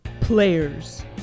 Players